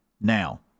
Now